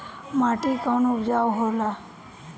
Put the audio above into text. माटी कौन उपजाऊ होला?